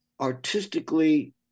artistically